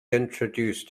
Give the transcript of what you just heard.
introduced